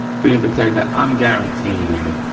freedom protector, i'm guaranteeing you